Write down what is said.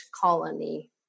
colony